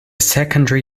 secondary